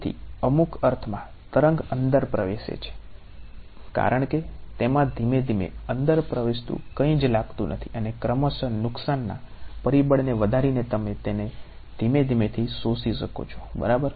તેથી અમુક અર્થમાં તરંગ અંદર પ્રવેશે છે કારણ કે તેમાં ધીમે ધીમે અંદર પ્રવેશતું કંઇ જ લાગતું નથી અને ક્રમશ નુકસાનના પરિબળને વધારીને તમે તેને ધીમેથી શોષી શકો છો બરાબર